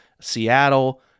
seattle